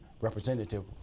representative